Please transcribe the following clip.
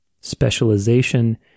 Specialization